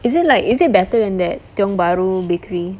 is it like is it better than that tiong bahru bakery